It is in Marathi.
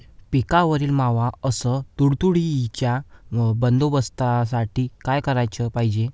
पिकावरील मावा अस तुडतुड्याइच्या बंदोबस्तासाठी का कराच पायजे?